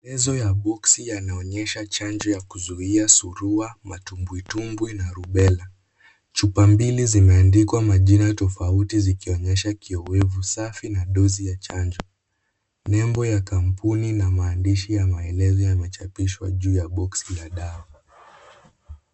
Maelezo ya boksi yanaonyesha chanjo ya kuzuia Surua, Matumbwitumbwi na Rubella. Chupa mbili zimeandikwa majina tofauti zikionyesha kioevu safi na dozi ya chanjo. Nembo ya kampuni na maandishi ya maelezo yamechapishwa juu ya boksi la dawa.